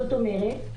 זאת אומרת,